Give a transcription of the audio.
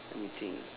let me think